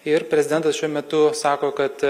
ir prezidentas šiuo metu sako kad